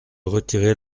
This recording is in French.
retirer